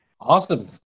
Awesome